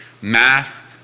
math